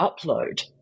upload